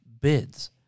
bids